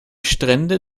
strände